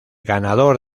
ganador